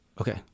okay